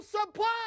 supply